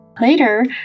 Later